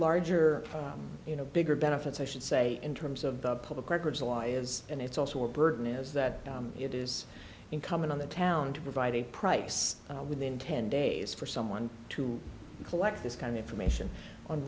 larger you know bigger benefits i should say in terms of the public records law is and it's also a burden is that it is incumbent on the town to provide a price within ten days for someone to collect this kind of information on